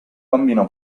bambino